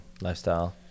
lifestyle